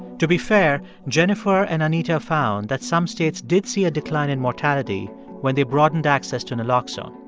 to be fair, jennifer and anita found that some states did see a decline in mortality when they broadened access to naloxone.